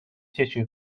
tissue